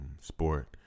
sport